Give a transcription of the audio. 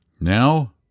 Now